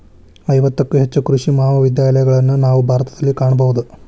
ಐವತ್ತಕ್ಕೂ ಹೆಚ್ಚು ಕೃಷಿ ಮಹಾವಿದ್ಯಾಲಯಗಳನ್ನಾ ನಾವು ಭಾರತದಲ್ಲಿ ಕಾಣಬಹುದು